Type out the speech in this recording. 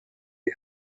die